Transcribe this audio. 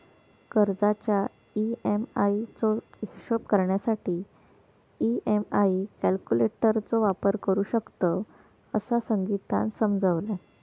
कर्जाच्या ई.एम्.आई चो हिशोब करण्यासाठी ई.एम्.आई कॅल्क्युलेटर चो वापर करू शकतव, असा संगीतानं समजावल्यान